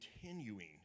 continuing